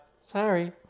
sorry